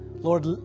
Lord